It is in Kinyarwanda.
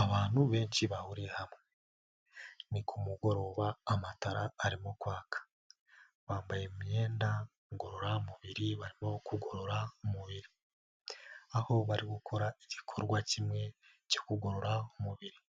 Abantu benshi bahuriye hamwe, ni ku mugoroba amatara arimo kwaka, bambaye imyenda ngororamubiri barimo kugorora umubiri, aho bari gukora igikorwa kimwe cyo kugorora umubiri,